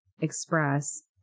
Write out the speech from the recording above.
express